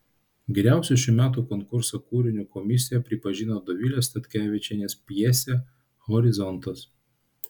geriausiu šių metų konkurso kūriniu komisija pripažino dovilės statkevičienės pjesę horizontas